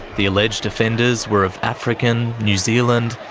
the alleged offenders were of african, new zealand,